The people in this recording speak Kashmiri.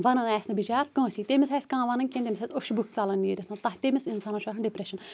وَنان آسہِ نہٕ بِچار کٲنٛسی تٔمِس آسہِ کانٛہہ وَنان کیٚنٛہہ تٔمِس آسہِ اوٚش بُکۍ ژَلان نیٖرِتھ تَتھ تہِ أمِس انسانَس چھُ آسان ڈٕپرٮ۪شَن